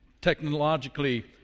technologically